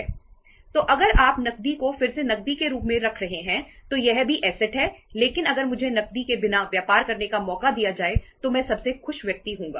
तो अगर आप नकदी को फिर से नकदी के रूप में रख रहे हैं तो यह भी ऐसेट है लेकिन अगर मुझे नकदी के बिना व्यापार करने का मौका दिया जाए तो मैं सबसे खुश व्यक्ति होगा